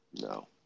No